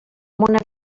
una